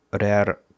rare